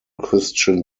christian